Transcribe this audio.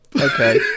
Okay